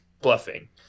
bluffing